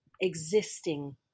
existing